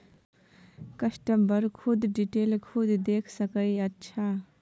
customer खुद detail खुद देख सके अच्छा